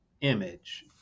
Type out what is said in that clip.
image